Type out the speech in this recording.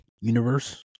universe